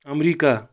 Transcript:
America